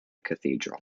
cathedral